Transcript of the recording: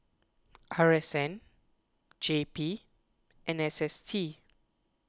R S N J P and S S T